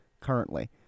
currently